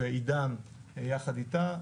ועידן יחד איתה,